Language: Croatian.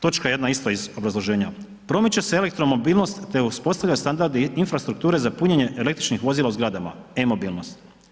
Točka jedna isto iz obrazloženja, promiče se elektro mobilnost, te uspostavlja standard infrastrukture za punjenje električnih vozila u zgradama e-mobilnost.